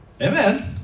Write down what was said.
Amen